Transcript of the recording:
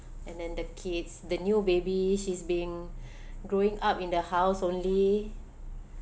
and then the kids the new baby she's been growing up in the house only